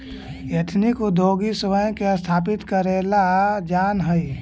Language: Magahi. एथनिक उद्योगी स्वयं के स्थापित करेला जानऽ हई